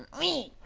me?